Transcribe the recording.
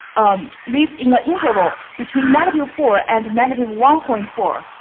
um lives in the interval between negative four and negative one point four,